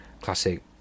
classic